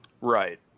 right